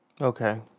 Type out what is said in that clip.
Okay